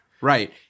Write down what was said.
Right